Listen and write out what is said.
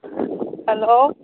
hello